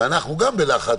ואנחנו גם בלחץ,